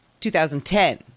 2010